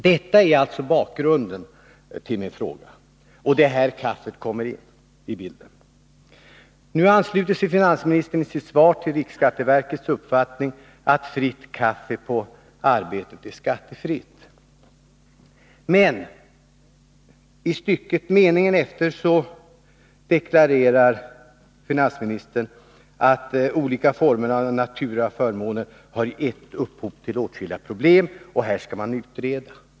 Detta är alltså bakgrunden till min fråga, och det är här kaffet kommer in i bilden. Nu ansluter sig finansministern i sitt svar till riksskatteverkets uppfattning, att fritt kaffe på arbetet är skattefritt. Men i meningen efter deklarerar finansministern att de olika formerna av naturaförmåner har gett upphov till åtskilliga problem, och här skall man utreda.